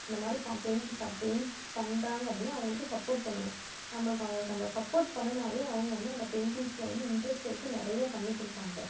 இந்தமாதிரி ப paint paint பண்ணுறாங்க அப்படின்னா அவங்களுக்கு சப்போர்ட் பண்ணனும் நம்பளுக்கு அவங்களுக்கு அந்த சப்போர்ட் பண்ணுனாவே அவங்க வந்து அந்த பெண்டிங்ஸில் வந்து இன்ட்ரஸ்ட் எடுத்து நிறையா பண்ணி கொடுப்பாங்க